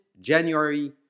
January